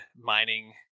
mining